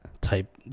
type